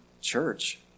church